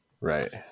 right